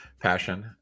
passion